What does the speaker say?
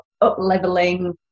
up-leveling